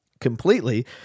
completely